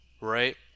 right